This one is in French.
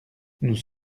nous